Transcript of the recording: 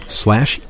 slash